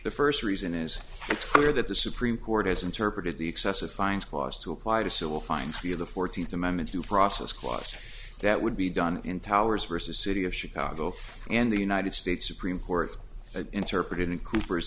the first reason is it's clear that the supreme court has interpreted the excessive fines clause to apply to civil fine feel the fourteenth amendment due process clause that would be done in towers versus city of chicago and the united states supreme court interpreted in cooper